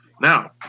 Now